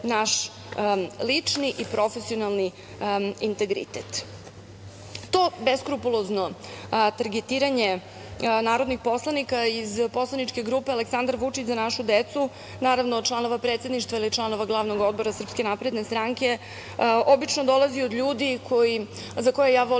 naš lični i profesionalni integritet. To beskrupulozno targetiranje narodnih poslanika iz poslaničke grupe „Aleksandar Vučić – Za našu decu“, naravno članova predsedništva ili članova glavnog odbora SNS obično dolazi od ljudi za koje ja volim